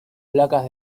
placas